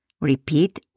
Repeat